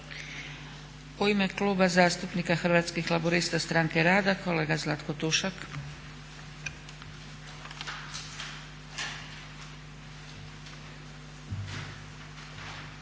U ime Kluba zastupnika Hrvatskih laburista-Stranke rada kolega Zlatko Tušak.